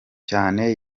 cyane